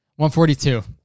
142